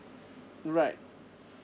right